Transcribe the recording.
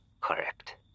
Correct